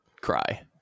cry